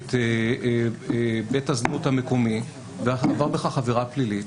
את בית הזנות המקומי ועבר בכך עבירה פלילית,